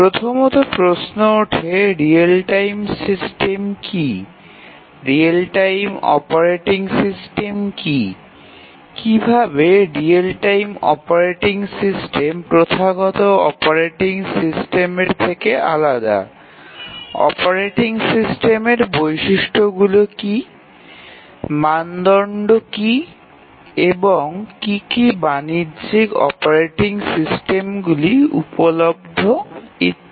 প্রথমত প্রশ্ন ওঠে রিয়েল টাইম সিস্টেম কী রিয়েল টাইম অপারেটিং সিস্টেম কী কিভাবে রিয়েল টাইম অপারেটিং সিস্টেম প্রথাগত অপারেটিং সিস্টেমের থেকে আলাদা অপারেটিং সিস্টেম এর বৈশিষ্ট্যগুলি কী মানদণ্ড কী এবং কী কী বাণিজ্যিক অপারেটিং সিস্টেমগুলি উপলভ্য ইত্যাদি